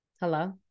Hello